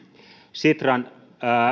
sitran